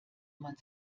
man